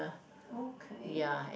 okay